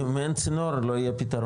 אם אין צינור, לא יכול להיות פתרון.